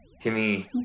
Timmy